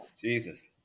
Jesus